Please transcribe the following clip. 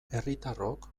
herritarrok